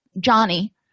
Johnny